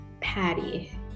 Patty